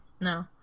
no